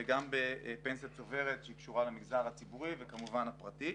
וגם בפנסיה צוברת שקשורה למגזר הציבורי וכמובן הפרטי.